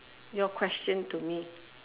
your question to me